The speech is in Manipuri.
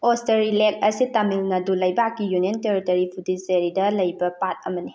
ꯑꯣꯁꯇꯔꯤ ꯂꯦꯛ ꯑꯁꯤ ꯇꯥꯃꯤꯜ ꯅꯥꯗꯨ ꯂꯩꯕꯥꯛꯀꯤ ꯌꯨꯅꯤꯌꯟ ꯇꯦꯔꯤꯇꯣꯔꯤ ꯄꯨꯗꯨꯆꯦꯔꯤꯗ ꯂꯩꯕ ꯄꯥꯠ ꯑꯃꯅꯤ